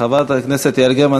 חברת הכנסת יעל גרמן,